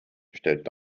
stellt